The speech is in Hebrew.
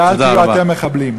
ואל תהיו אתם מחבלים.